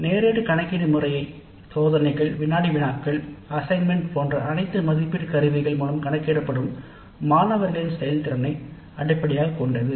நேரடி கணக்கீடும் முறை மாணவர்களை சோதனைகள் வினாடி வினாக்கள் பணிகள் மூலம் மதிப்பீடு செய்கிறது